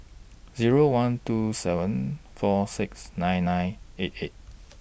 Zero one two seven four six nine nine eight eight